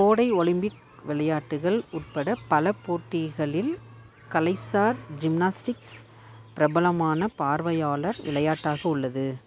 கோடை ஒலிம்பிக் விளையாட்டுகள் உட்பட பல போட்டிகளில் கலைசார் ஜிம்னாஸ்டிக்ஸ் பிரபலமான பார்வையாளர் விளையாட்டாக உள்ளது